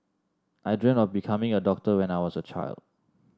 I dreamt of becoming a doctor when I was a child